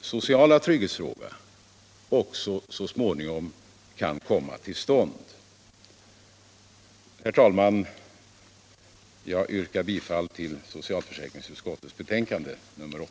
sociala trygghetsfråga så småningom kan komma till stånd. Herr talman! Jag yrkar bifall till utskottets hemställan i socialförsäkringsutskottets betänkande nr 8.